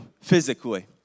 physically